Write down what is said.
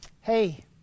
hey